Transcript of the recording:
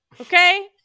Okay